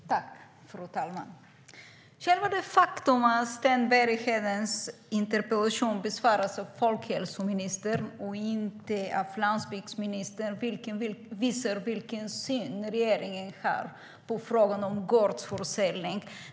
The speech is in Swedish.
Fru talman! Själva det faktum att Sten Berghedens interpellation besvaras av folkhälsoministern och inte av landsbygdsministern visar vilken syn regeringen har på frågan om gårdsförsäljning.